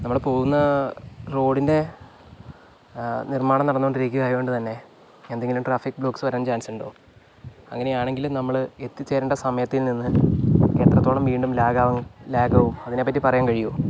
നമ്മൾ പോകുന്ന റോഡിൻ്റെ നിർമാണം നടന്നുകൊണ്ടിരിക്കുക ആയത് കൊണ്ട് തന്നെ എന്തെങ്കിലും ട്രാഫിക് ബ്ലോക്സ് വരാൻ ചാൻസ് ഉണ്ടോ അങ്ങനെയാണെങ്കില് നമ്മള് എത്തിച്ചേരേണ്ട സമയത്തിൽ നിന്ന് എത്രത്തോളം വീണ്ടും ലാഗ് ആവും ലാഗ് ആവും അതിനെപ്പറ്റി പറയാൻ കഴിയുമോ